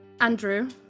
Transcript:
Andrew